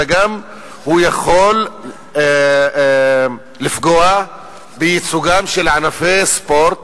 אלא הוא גם יכול לפגוע בייצוגם של ענפי ספורט